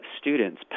students